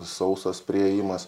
sausas priėjimas